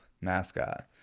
mascot